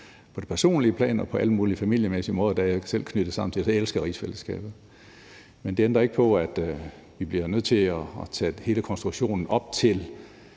på det personlige plan og på alle mulige familiemæssige måder er jeg knyttet til det, så jeg elsker rigsfællesskabet. Men det ændrer ikke på, at vi bliver nødt til at tage hele konstruktionen op til